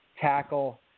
tackle